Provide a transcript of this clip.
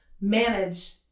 manage